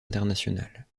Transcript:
internationale